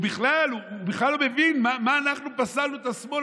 הוא בכלל לא מבין מה אנחנו פסלנו את השמאל.